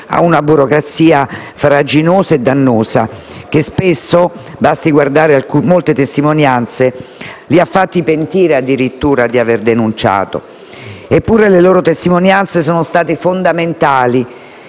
a una burocrazia farraginosa e dannosa, che spesso (basti guardare a molte testimonianze) li ha fatti pentire addirittura di aver denunciato. Eppure le loro testimonianze sono state fondamentali